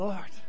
Lord